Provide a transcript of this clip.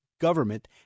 government